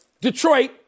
Detroit